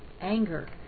anger